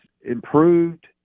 improved